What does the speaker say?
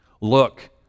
look